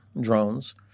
drones